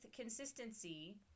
consistency